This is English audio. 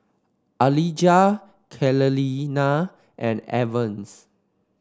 Alijah Kaleena and Evans